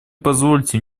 позвольте